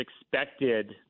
expected